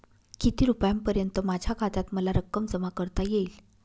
किती रुपयांपर्यंत माझ्या खात्यात मला रक्कम जमा करता येईल?